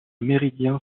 méridien